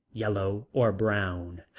yellow or brown.